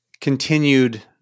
continued